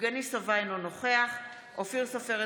אינו נוכח אופיר סופר,